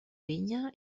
vinya